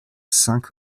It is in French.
cinq